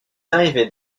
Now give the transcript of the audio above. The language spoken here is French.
arrivaient